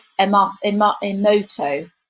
Emoto